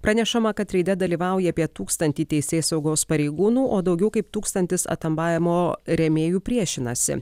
pranešama kad reide dalyvauja apie tūkstantį teisėsaugos pareigūnų o daugiau kaip tūkstantis atambaemo rėmėjų priešinasi